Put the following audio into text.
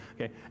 Okay